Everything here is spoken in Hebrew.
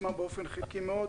יושמה באופן חלקי מאוד.